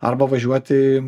arba važiuoti